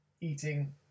eating